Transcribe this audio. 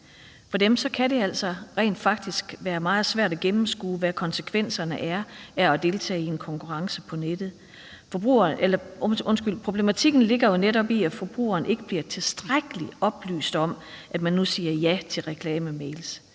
For dem kan det altså rent faktisk være meget svært at gennemskue, hvad konsekvenserne af at deltage i en konkurrence på nettet er. Problematikken ligger jo netop i, at forbrugeren ikke bliver tilstrækkeligt oplyst om, at man nu siger ja til reklamemails.